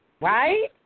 Right